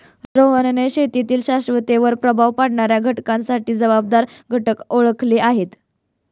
रोहनने शेतीतील शाश्वततेवर प्रभाव पाडणाऱ्या घटकांसाठी जबाबदार घटक ओळखले आहेत